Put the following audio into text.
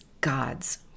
God's